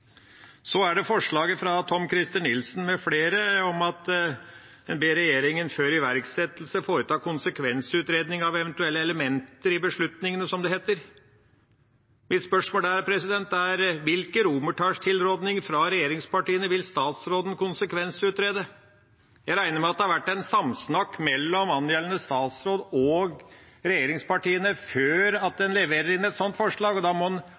Så er det forslaget fra Tom-Christer Nilsen mfl. om at en «ber regjeringen – før iverksettelse – foreta konsekvensutredning av eventuelle elementer i beslutningene», som det heter. Mitt spørsmål er: Hvilke romertallstilrådinger fra regjeringspartiene vil statsråden konsekvensutrede? Jeg regner med at det har vært samsnakk mellom angjeldende statsråd og regjeringspartiene før man leverer inn et sånt forslag, og da må